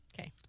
Okay